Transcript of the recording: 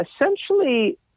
essentially